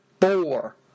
four